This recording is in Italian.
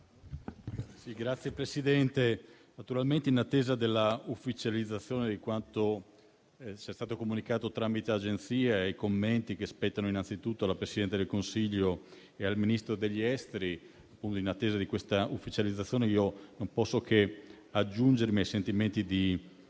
Signor Presidente, naturalmente in attesa della ufficializzazione di quanto ci è stato comunicato tramite agenzie e dei commenti che spettano innanzitutto al Presidente del Consiglio e al Ministro degli affari esteri, non posso che aggiungermi ai sentimenti di